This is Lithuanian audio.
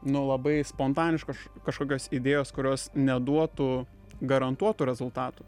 nu labai spontaniškos kažkokios idėjos kurios neduotų garantuotų rezultatų